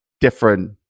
different